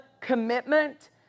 commitment